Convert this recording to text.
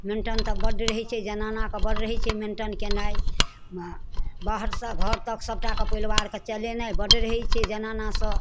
maintain तऽ बड्ड रहै छै जनानाके बड्ड रहै छै मेन्टन केनाइ अइ बाहरसँ घर तक सभटाके परिवारके चलेनाइ बड्ड रहै छै जनानासँ